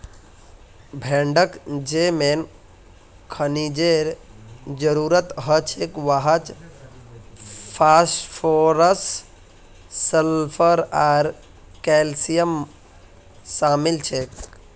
भेड़क जे मेन खनिजेर जरूरत हछेक वहात फास्फोरस सल्फर आर कैल्शियम शामिल छेक